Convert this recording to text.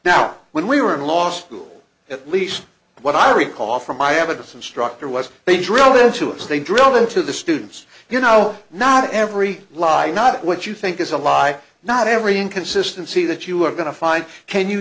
now when we were in laws pool at least what i recall from my evidence instructor was they drilled into us they drilled into the students you know not every lie not what you think is a lie not every inconsistency that you are going to find can you